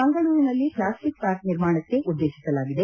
ಮಂಗಳೂರಿನಲ್ಲಿ plastic park ನಿರ್ಮಾಣಕ್ಕೆ ಉದ್ಲೇತಿಸಿಲಾಗಿದೆ